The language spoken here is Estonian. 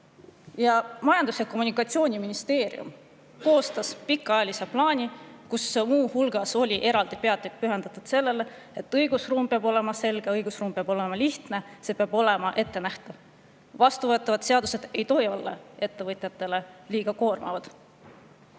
Majandus- ja Kommunikatsiooniministeerium koostas pikaajalise plaani, kus muu hulgas oli eraldi peatükk pühendatud sellele, et õigusruum peab olema selge, õigusruum peab olema lihtne, see peab olema ettenähtav, vastuvõetavad seadused ei tohi olla ettevõtjatele liiga koormavad.